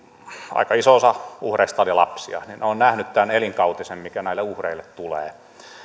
aika iso osa uhreista oli lapsia niin että olen nähnyt tämän elinkautisen mikä näille uhreille tulee